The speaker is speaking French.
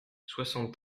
soixante